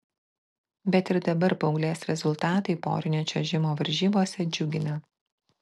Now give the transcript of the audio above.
bet ir dabar paauglės rezultatai porinio čiuožimo varžybose džiugina